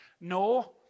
No